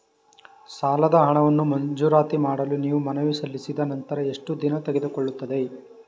ಸಾಲದ ಹಣವನ್ನು ಮಂಜೂರಾತಿ ಮಾಡಲು ನಾವು ಮನವಿ ಸಲ್ಲಿಸಿದ ನಂತರ ಎಷ್ಟು ದಿನ ತೆಗೆದುಕೊಳ್ಳುತ್ತದೆ?